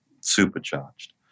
supercharged